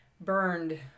burned